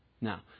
Now